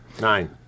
Nine